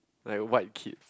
like white kid